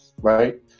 right